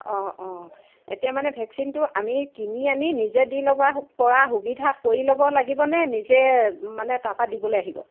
অঁ অঁ এতিয়া মানে ভেকচিনটো আমি কিনি আনি নিজে দি ল'ব পৰা সুবিধা কৰি ল'ব লাগিবনে নিজে মানে তাৰপৰা দিবলৈ আহিব